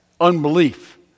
unbelief